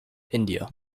india